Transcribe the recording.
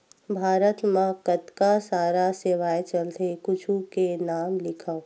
भारत मा कतका सारा सेवाएं चलथे कुछु के नाम लिखव?